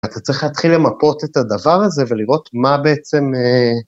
אתה צריך להתחיל למפות את הדבר הזה ולראות מה בעצם...